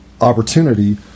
opportunity